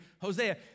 Hosea